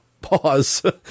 pause